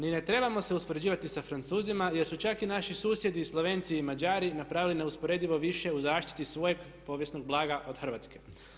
Ni ne trebamo se uspoređivati sa Francuzima jer su čak i naši susjedi Slovenci i Mađari napravili neusporedivo više u zaštiti svojeg povijesnog blaga od Hrvatske.